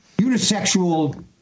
unisexual